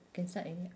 can start already ah